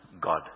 God